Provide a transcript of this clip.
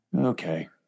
Okay